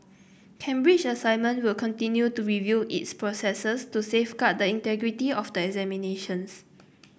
Cambridge Assessment will continue to review its processes to safeguard the integrity of the examinations